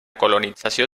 colonització